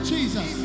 Jesus